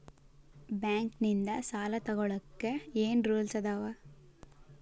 Bank ನಿಂದ್ ಸಾಲ ತೊಗೋಳಕ್ಕೆ ಏನ್ ರೂಲ್ಸ್ ಅದಾವ?